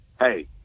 hey